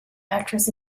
actress